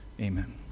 amen